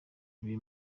ibi